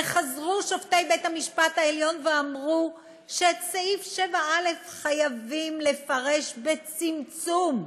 וחזרו שופטי בית-המשפט העליון ואמרו שאת סעיף 7א חייבים לפרש בצמצום,